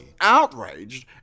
outraged